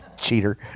Cheater